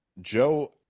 Joe